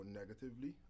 negatively